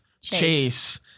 Chase